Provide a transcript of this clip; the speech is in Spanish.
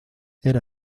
era